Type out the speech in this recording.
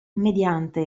mediante